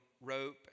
rope